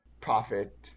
profit